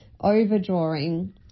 overdrawing